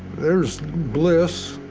there's bliss,